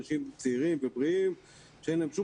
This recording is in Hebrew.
אנשים צעירים ובריאים שאין להם שום